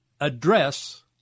address